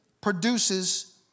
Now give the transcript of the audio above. produces